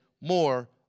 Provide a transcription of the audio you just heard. more